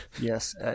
Yes